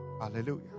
Hallelujah